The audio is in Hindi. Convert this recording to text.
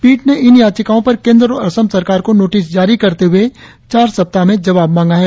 पीठ ने इन याचिकाओं पर केंद्र और असम सरकार को नोटिस जारी करते हुए चार सप्ताह में जवाब मांगा है